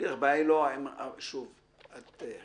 ב-95% מן המקרים יש ביטוח בתוך פחות